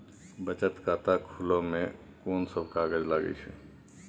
बचत खाता खुले मे कोन सब कागज लागे छै?